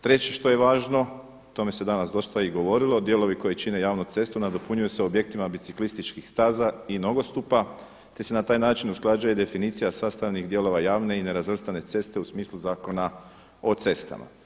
Treće što je važno, o tome se danas dosta i govorilo, dijelovi koji čine javnu cestu nadopunjuju se objektima biciklističkih staza i nogostupa, te se na taj način usklađuje definicija sastavnih dijelova javne i nerazvrstane ceste u smislu Zakona o cestama.